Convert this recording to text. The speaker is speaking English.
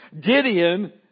Gideon